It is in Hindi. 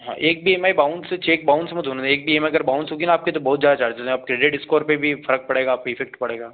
हाँ एक भी ईएमआई बाउन्स चेक बाउन्स मत होने देना एक भी ईएमआई अगर बाउन्स होगी ना आपकी तो बहुत ज़्यादा चार्जेज़ हैं अब क्रेडिट इस्कोर पर भी फर्क पड़ेगा आपको इफ़ेक्ट पड़ेगा